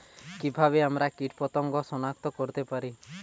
কিভাবে আমরা কীটপতঙ্গ সনাক্ত করতে পারি?